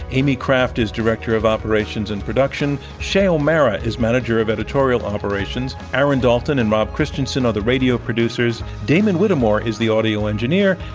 amy craft is director of operations and production. shay o'merra is manager of editorial operations. aaron dalton and rob christenson are the radio producers. damon whitemore is the audio engineer.